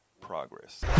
progress